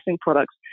products